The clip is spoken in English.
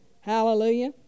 Hallelujah